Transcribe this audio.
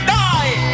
die